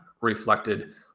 reflected